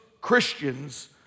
Christians